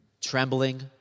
trembling